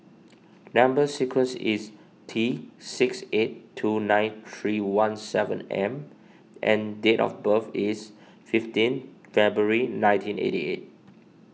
Number Sequence is T six eight two nine three one seven M and date of birth is fifteen February nineteen eighty eight